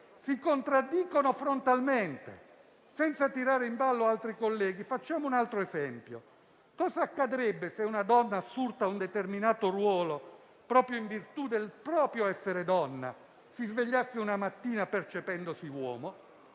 si contraddicono frontalmente. Senza tirare in ballo altri colleghi facciamo un ulteriore esempio: cosa accadrebbe se una donna assurta a un determinato ruolo proprio in virtù del proprio essere donna si svegliasse una mattina percependosi uomo?